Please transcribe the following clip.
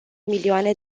milioane